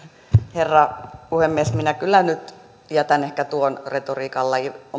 herra puhemies minä kyllä nyt jätän ehkä tuon retoriikan lajin